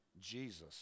Jesus